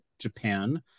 Japan